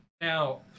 Now